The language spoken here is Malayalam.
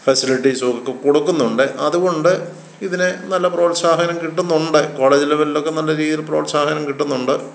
ഫെസിലിറ്റീസുമൊക്കെ കൊടുക്കുന്നുണ്ട് അതുകൊണ്ട് ഇതിനെ നല്ല പ്രോത്സാഹനം കിട്ടുന്നുണ്ട് കോളേജ് ലെവലിൽ ഒക്കെ നല്ല രീതിയിൽ പ്രോത്സാഹനം കിട്ടുന്നുണ്ട്